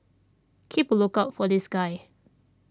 keep a lookout for this guy